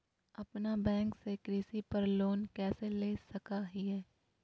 अपना बैंक से कृषि पर लोन कैसे ले सकअ हियई?